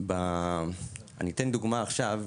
אני אתן דוגמה עכשיו.